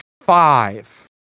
five